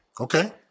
Okay